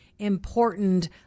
Important